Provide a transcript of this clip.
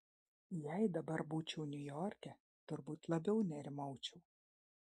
jei dabar būčiau niujorke turbūt labiau nerimaučiau